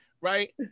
right